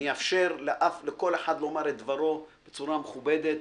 אני אאפשר לכל אחד לומר את דברו בצורה מכובדת.